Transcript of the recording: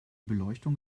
beleuchtung